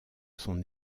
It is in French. son